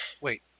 Wait